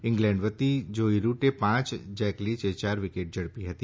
England વતી જોઈ રૂટે પાંચ જેક લીચે ચાર વિકેટે ઝડપી હતી